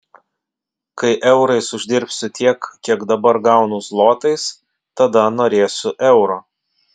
kai eurais uždirbsiu tiek kiek dabar gaunu zlotais tada norėsiu euro